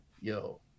yo